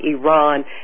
Iran